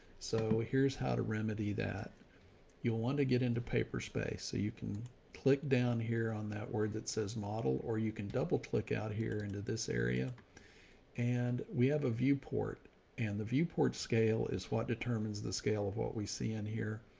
so here's how to remedy that you will want to get into paper space. so you can click down here on that word that says model, or you can double click out here into this area and we have a viewport and the viewport scale is what determines the scale of what we see in here.